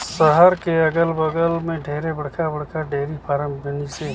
सहर के अगल बगल में ढेरे बड़खा बड़खा डेयरी फारम बनिसे